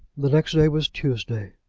the next day was tuesday,